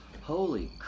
holy